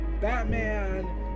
Batman